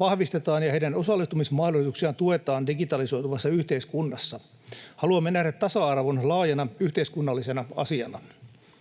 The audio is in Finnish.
vahvistetaan ja heidän osallistumismahdollisuuksiaan tuetaan digitalisoituvassa yhteiskunnassa. Haluamme nähdä tasa-arvon laajana yhteiskunnallisena asiana.